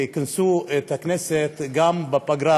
שכינסו את הכנסת גם בפגרה,